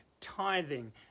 tithing